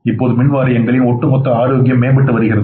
இப்போது மின் வாரியங்களின் ஒட்டுமொத்த ஆரோக்கியம் மேம்பட்டு வருகிறது